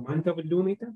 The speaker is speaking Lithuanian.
mantė valiūnaitė